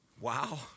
Wow